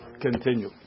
Continue